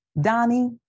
Donnie